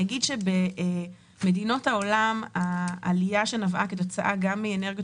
במדינות העולם העלייה שנבעה גם מאנרגיות